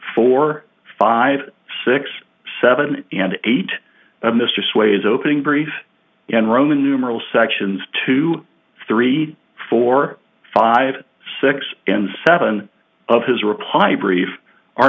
four five six seven and eight mr swayze opening brief in roman numeral sections two three four five six and seven of his reply brief are